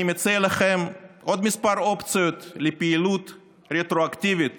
אני מציע לכם עוד כמה אופציות לפעילות רטרואקטיבית